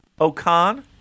Okan